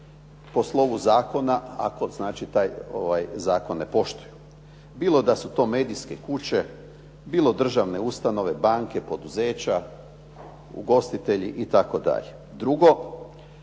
po slovu zakona ako taj zakon ne poštuju. Bilo da su to medijske kuće, bilo državne ustanove, banke, poduzeća, ugostitelji itd. Drugo,